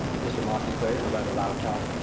mr. moss declared in a rather loud tone.